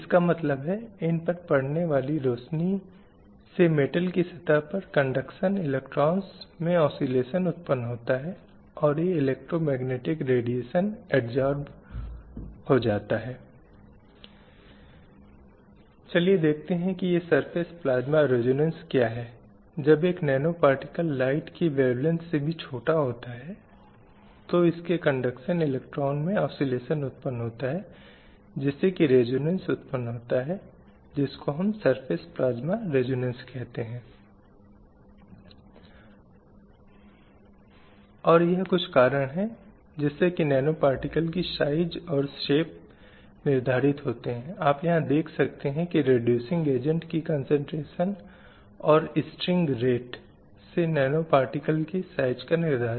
अब आम तौर पर साहित्य और इतिहासकारों ने विभिन्न साहित्य में महिलाओं की स्थिति के संबंध में कई लेख दिए हैं और इससे एक विचार प्राप्त हो सकता है कि आरंभिक वैदिक काल में कहीं न कहीं महिलाओं को स्वतंत्रता और समानता की एक उचित मात्रा थी ऐसा लगता है कि उस स्थिति में या उस अवधि में महिलाओं ने पुरुषों की तरह सभी क्षेत्रों की गतिविधियों में भाग लिया जैसे कि गुरुकुल में अध्ययन उपनयन से भी गुजरती थी कला संगीत नृत्य में भाग लेती और यहां तक कि युद्ध भी किया धार्मिक कर्तव्य निभाए अन्य कई कर्तव्यों के साथ